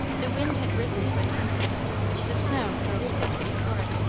the wind had risen to a tempest the snow drove thick before it,